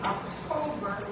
October